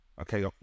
Okay